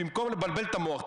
במקום לבלבל את המוח,